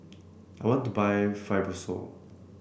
I want to buy Fibrosol